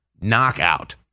Knockout